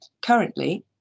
Currently